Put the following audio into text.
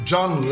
John